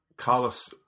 Carlos